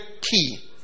key